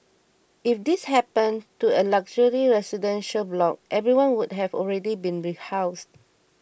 if this happened to a luxury residential block everyone would have already been rehoused